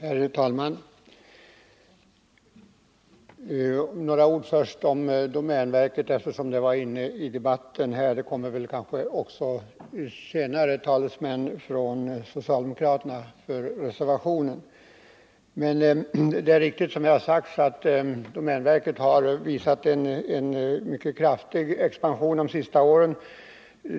Herr talman! Först några ord om domänverket, eftersom detta har berörts här i debatten. Senare kommer kanske också talesmän för den socialdemokratiska reservationen att yttra sig härom. Det är riktigt, som här har sagts, att domänverket har uppvisat en mycket kraftig expansion under de senaste åren.